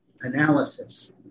analysis